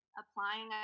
applying